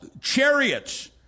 chariots